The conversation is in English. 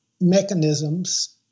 mechanisms